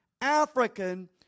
African